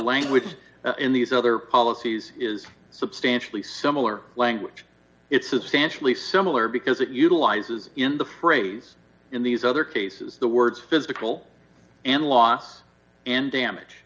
language in these other policies is substantially similar language is substantially similar because it utilizes in the phrase in these other cases the words physical and law and damage